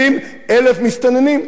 70,000 מסתננים,